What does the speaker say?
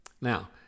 Now